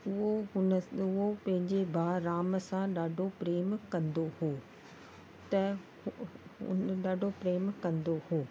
उहो हुन उहो पंहिंजे भाउ राम सां ॾाढो प्रेम कंदो हो त उन ॾाढो प्रेम कंदो हो